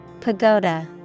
Pagoda